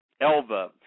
Elva